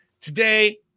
Today